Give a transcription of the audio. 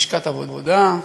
בלשכת עבודה,